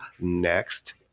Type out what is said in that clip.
next